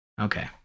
okay